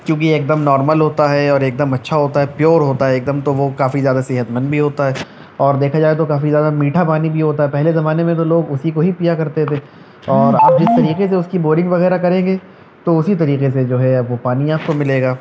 کیونکہ ایک دم نارمل ہوتا ہے اور ایک دم اچھا ہوتا ہے پیور ہوتا ہے ایک دم تو وہ کافی زیادہ صحت مند بھی ہوتا ہے اور دیکھا جائے تو کافی زیادہ میٹھا پانی بھی ہوتا ہے پہلے زمانے میں تو لوگ اسی کو ہی پیا کرتے تھے اور جس طریقے سے اس کی بورنگ وغیرہ کریں گے تو اسی طریقے سے جو ہے اب وہ پانی آپ کو ملے گا